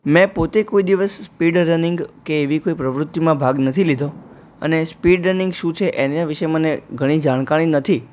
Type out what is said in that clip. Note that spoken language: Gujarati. મેં પોતે કોઈ દિવસ સ્પીડ રનિંગ કે એવી કોઈ પ્રવૃત્તિમાં ભાગ નથી લીધો અને સ્પીડ રનિંગ શું છે એને વિષે મને ઘણી જાણકારી નથી